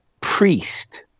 Priest